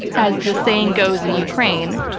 as the saying goes in ukraine,